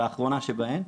אבל האחרונה שבהם.